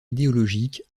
idéologique